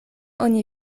oni